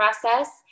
process